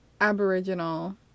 Aboriginal